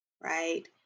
right